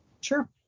Sure